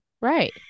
right